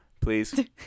please